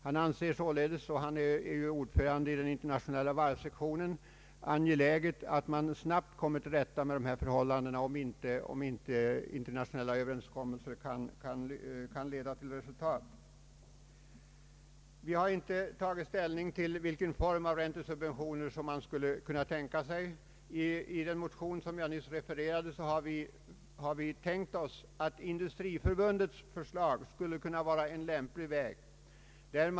Han anser såle des — och han är som bekant ordförande i den internationella varvssektionen och således sakkunnig — att det är angeläget att vi på egen hand snabbt kommer till rätta med dessa förhållanden, om internationella förhandlingar inte kan leda till resultat. Vi har inte tagit ställning till vilken form av räntesubventioner man skulle kunna tänka sig. I den motion jag nyss hänvisade till har vi framhållit att Industriförbundets förslag skulle kunna vara en lämplig väg.